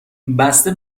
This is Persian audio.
بسته